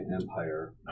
empire